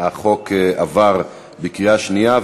הצעת החוק עברה בקריאה שנייה.